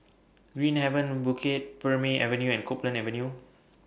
Green Haven Bukit Purmei Avenue and Copeland Avenue